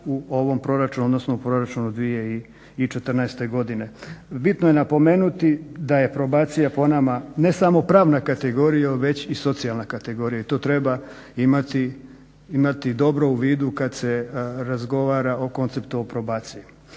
u ovom proračunu, odnosno u proračunu 2014. godine. Bitno je napomenuti da je probacija po nama ne samo pravna kategorija već i socijalna kategorija i to treba imati dobro u vidu kad se razgovara o konceptu o probaciji.